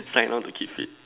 sign on to keep fit